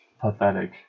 pathetic